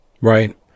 Right